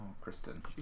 Kristen